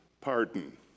pardon